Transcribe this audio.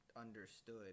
understood